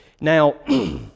Now